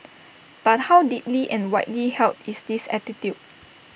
but how deeply and widely held is this attitude